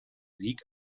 sieg